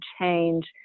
change